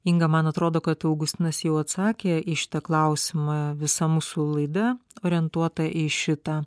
inga man atrodo kad augustinas jau atsakė į šitą klausimą visa mūsų laida orientuota į šitą